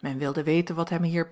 men wilde weten wat hem hier